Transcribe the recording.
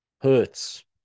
hurts